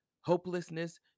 hopelessness